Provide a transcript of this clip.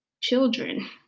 children